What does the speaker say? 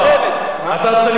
אתה רוצה שאני אוציא אותך?